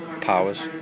Powers